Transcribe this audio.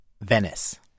Venice